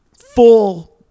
Full-